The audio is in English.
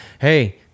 hey